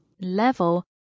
level